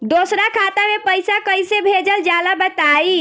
दोसरा खाता में पईसा कइसे भेजल जाला बताई?